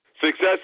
Success